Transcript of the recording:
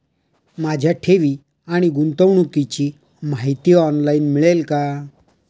माझ्या ठेवी आणि गुंतवणुकीची माहिती ऑनलाइन मिळेल का?